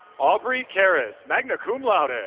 aubrey carres, magna cum laude.